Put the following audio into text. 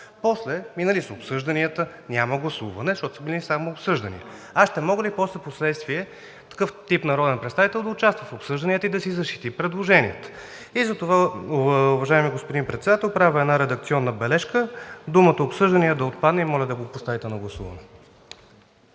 После са минали обсъжданията, няма гласуване, защото е имало само обсъждания, и ще може ли впоследствие такъв тип народен представител да участва в обсъжданията и да защити предложенията си? Уважаеми господин Председател, правя една редакционна бележка: думата „обсъждания“ да отпадне и моля да я поставите на гласуване.